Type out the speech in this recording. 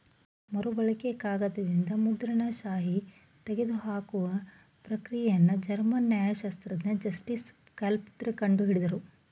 ಮರುಬಳಕೆ ಕಾಗದದಿಂದ ಮುದ್ರಣ ಶಾಯಿ ತೆಗೆದುಹಾಕುವ ಪ್ರಕ್ರಿಯೆನ ಜರ್ಮನ್ ನ್ಯಾಯಶಾಸ್ತ್ರಜ್ಞ ಜಸ್ಟಸ್ ಕ್ಲಾಪ್ರೋತ್ ಕಂಡು ಹಿಡುದ್ರು